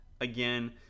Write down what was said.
Again